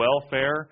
welfare